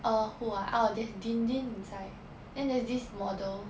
err who ah ah this dindin inside then there's this model